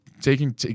taking –